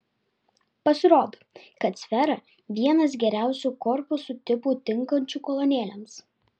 pasirodo kad sfera vienas geriausių korpusų tipų tinkančių kolonėlėms